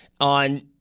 on